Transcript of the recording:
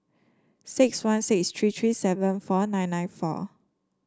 six one six tree tree seven four nine nine four